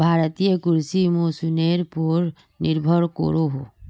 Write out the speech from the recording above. भारतीय कृषि मोंसूनेर पोर निर्भर करोहो